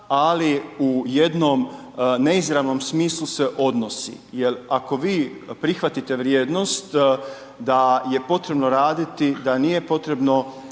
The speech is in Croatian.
ali u jednom neizravnom smislu se odnosi jel ako vi prihvatite vrijednost da je potrebno raditi, da nije potrebno